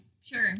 Sure